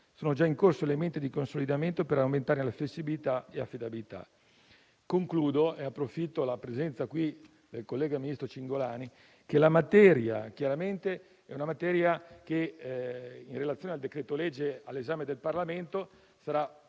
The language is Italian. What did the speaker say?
Sono già in corso elementi di consolidamento per aumentare la flessibilità e l'affidabilità. Approfittando della presenza qui del collega ministro Cingolani, concludo dicendo che chiaramente la materia in relazione al decreto-legge all'esame del Parlamento sarà